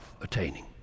attaining